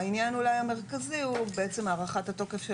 העניין המרכזי הוא הארכת התוקף של